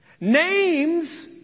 Names